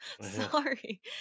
Sorry